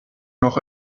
noch